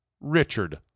Richard